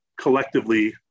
collectively